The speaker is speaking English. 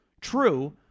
True